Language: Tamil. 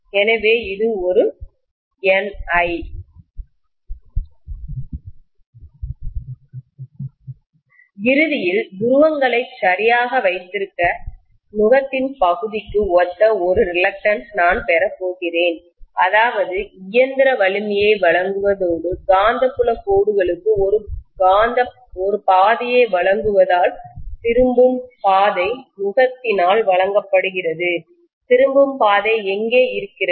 எனவே இது ஒரு Ni இறுதியில் துருவங்களை சரியாக வைத்திருக்கும் நுகத்தின் பகுதிக்கு ஒத்த ஒரு ரிலக்டன்ஸ் நான் பெறப்போகிறேன் அதாவது இயந்திர வலிமையை வழங்குவதோடு காந்தப்புல கோடுகளுக்கு ஒரு பாதையை வழங்குவதால் திரும்பும் பாதை நுகத்தினால் வழங்கப்படுகிறது திரும்பும் பாதை எங்கே இருக்கிறது